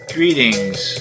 Greetings